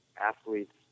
Athletes